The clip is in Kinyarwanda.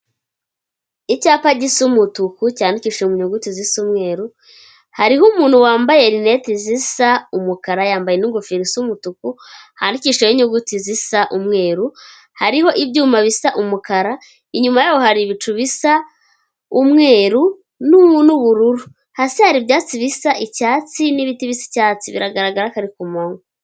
Icyapa gisa umutuku cyandikishije mu nyuguti zisa umweru hariho umuntu wambaye lineti zisa umukara yambaye n'ingofero isa umutuku handikishijeho inyuguti zisa umweru hariho ibyuma bisa umukara inyuma yaho hari ibicu bisa umweru n'ubururu hasi hari ibyatsi bisa icyatsi n'ibiti bisa icyatsi biragaragara ko ari ku kumanywa.